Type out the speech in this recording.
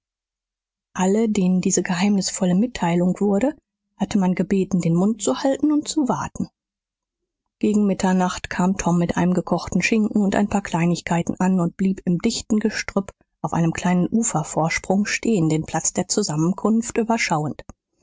alle denen diese geheimnisvolle mitteilung wurde hatte man gebeten den mund zu halten und zu warten gegen mitternacht kam tom mit einem gekochten schinken und ein paar kleinigkeiten an und blieb in dichtem gestrüpp auf einem kleinen ufervorsprung stehen den platz der zusammenkunft überschauend